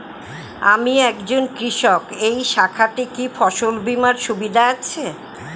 আমি একজন কৃষক এই শাখাতে কি ফসল বীমার সুবিধা আছে?